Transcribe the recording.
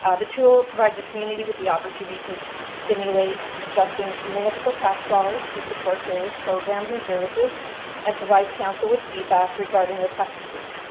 ah the tool provides the community with the opportunity to simulate adjusting municipal tax dollars to support various programs and services and provides council with feedback regarding their preferences.